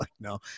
No